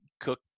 cook